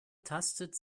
tastet